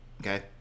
Okay